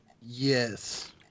Yes